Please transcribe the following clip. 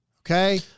Okay